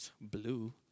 blue